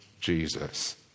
Jesus